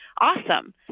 awesome